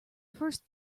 first